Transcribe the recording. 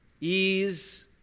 ease